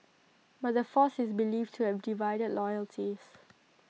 but the force is believed to have divided loyalties